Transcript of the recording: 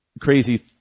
crazy